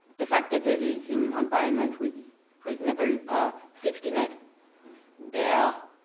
the fact that they live in environment with reasonable ah safety net their